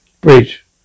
Bridge